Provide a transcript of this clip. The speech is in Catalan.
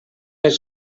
les